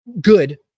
good